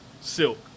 Silk